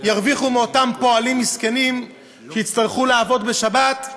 ירוויחו מאותם פועלים מסכנים שיצטרכו לעבוד בשבת,